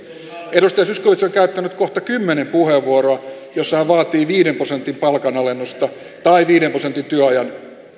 edustaja zyskowicz on käyttänyt kohta kymmenen puheenvuoroa joissa hän vaatii viiden prosentin palkanalennusta tai viiden prosentin työajan